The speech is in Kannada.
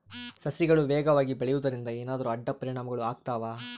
ಸಸಿಗಳು ವೇಗವಾಗಿ ಬೆಳೆಯುವದರಿಂದ ಏನಾದರೂ ಅಡ್ಡ ಪರಿಣಾಮಗಳು ಆಗ್ತವಾ?